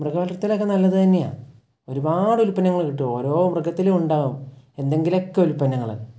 മൃഗ വളർത്തലൊക്കെ നല്ലതുതന്നെയാണ് ഒരുപാട് ഉൽപ്പന്നങ്ങൾ കിട്ടും ഓരോ മൃഗത്തിലും ഉണ്ടാവും എന്തെങ്കിലുമൊക്കെ ഉൽപ്പന്നങ്ങൾ